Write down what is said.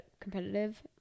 competitive